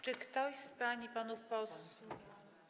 Czy ktoś z pań i panów posłów.